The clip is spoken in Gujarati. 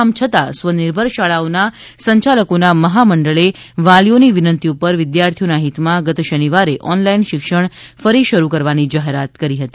આમ છતાં સ્વનિર્ભર શાળાઓના સંચાલકોના મહામંડળે વાલીઓની વિનંતી ઉપર વિસ્યર્થીઓના હિતમાં ગત શનિવારે ઓનલાઈન શિક્ષણ ફરી શરૂ કરવાની જાહેરાત કરી હતી